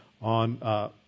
on